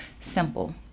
simple